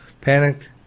panicked